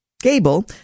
Gable